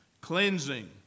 Cleansing